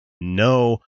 no